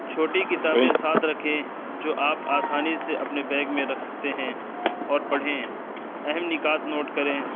چھوٹی کتابیں ساتھ رکھیں جو آپ آسانی سے اپنے بیگ میں رکھ سکتے ہیں اور پڑھیں اہم نکات نوٹ کریں